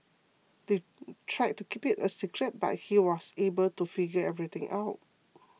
they tried to keep it a secret but he was able to figure everything out